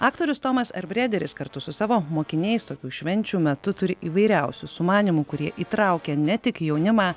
aktorius tomas erbreideris kartu su savo mokiniais tokių švenčių metu turi įvairiausių sumanymų kurie įtraukia ne tik jaunimą